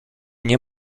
nie